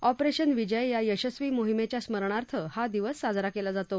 operation Vijay या यशस्वी मोहिमेच्या स्मरणार्थ हा दिवस साजरा केला जातो